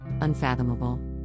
unfathomable